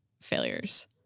Failures